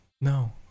No